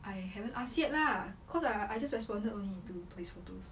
I haven't ask yet lah cause I I just responded only to to his photos